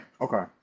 okay